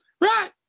Right